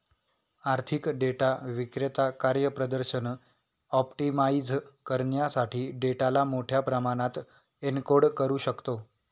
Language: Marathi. आर्थिक डेटा विक्रेता कार्यप्रदर्शन ऑप्टिमाइझ करण्यासाठी डेटाला मोठ्या प्रमाणात एन्कोड करू शकतो